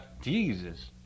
Jesus